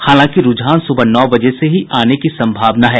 हालांकि रुझान सुबह नौ बजे से ही आने की संभावना है